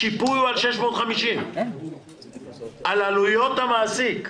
השיפוי הוא על 650 על עלויות המעסיק,